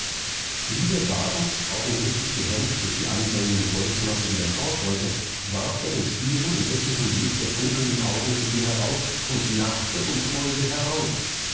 sowie der wagen augenblicklich gehemmt durch die andrängende volksmasse wieder fortrollte warf er den stieren entsetzlichen blick der funkelnden augen zu mir herauf und lachte und heulte herauf